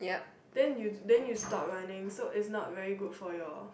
then you then you stop running so is not very good for your